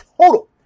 total